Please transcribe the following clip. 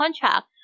contract